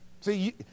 See